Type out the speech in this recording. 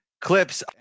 clips